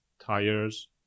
tires